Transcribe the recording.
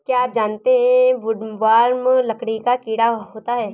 क्या आप जानते है वुडवर्म लकड़ी का कीड़ा होता है?